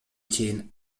чейин